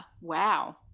wow